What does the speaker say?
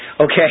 Okay